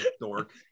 Dork